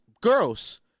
girls